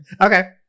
Okay